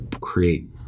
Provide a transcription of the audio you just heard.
create